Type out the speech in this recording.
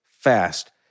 fast